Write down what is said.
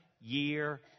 year